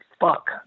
fuck